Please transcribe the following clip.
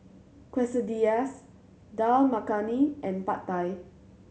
Quesadillas Dal Makhani and Pad Thai